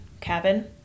cabin